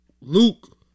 Luke